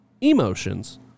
emotions